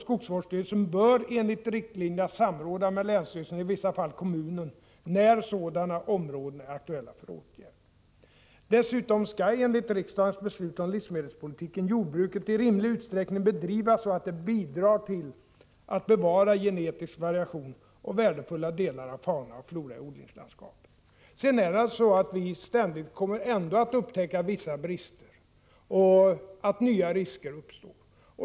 Skogsvårdsstyrelsen bör enligt riktlinjerna samråda med länsstyrelsen, och i vissa fall med kommunen, när sådana områden är aktuella för åtgärd. Dessutom skall enligt riksdagens beslut om livsmedelspolitiken jordbruket i rimlig utsträckning bedrivas så, att det bidrar till att bevara genetisk variation och värdefulla delar av fauna och flora i odlingslandskapet. Men ändå kommer vi ständigt att upptäcka vissa brister. Nya risker kan uppstå.